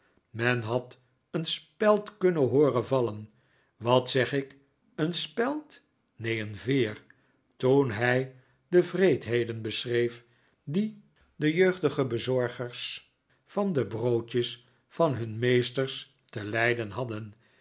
men had een speld kunnen hooren vallen wat zeg ik een speld neen een veer toen hij de wreedheden beschreef die de jeugdige bezorgers van de broodjes van hun meesters te lijden hadden